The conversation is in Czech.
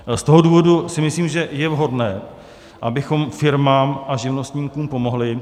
Z toho důvodu si myslím, že je vhodné, abychom firmám a živnostníkům pomohli.